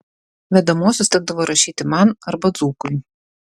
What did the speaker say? vedamuosius tekdavo rašyti man arba dzūkui